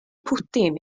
pwdin